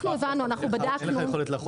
יש כאן בעיות משפטיות, יש כאן בעיות בסחר.